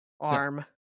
arm